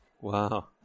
Wow